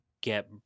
get